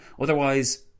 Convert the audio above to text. Otherwise